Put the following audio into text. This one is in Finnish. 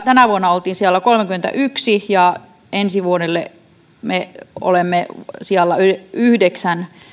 tänä vuonna olimme sijalla kolmekymmentäyksi ja ensi vuonna me olemme sijalla yhdeksän